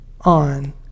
on